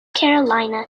carolina